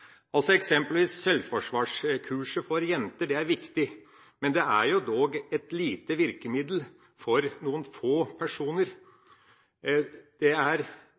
Eksempelvis er sjølforsvarskurset for jenter viktig, men det er dog et lite virkemiddel for noen få personer. Det er